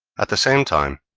at the same time